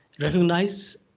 recognize